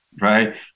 right